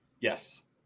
Yes